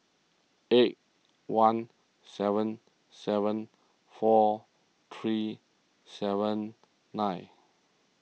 eight one seven seven four three seven nine